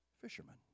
Fishermen